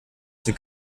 sind